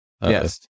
yes